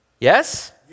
Yes